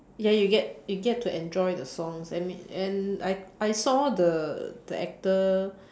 ya you get you get to enjoy the songs I mean and I I saw the the actor